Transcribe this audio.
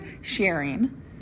sharing